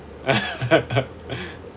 ah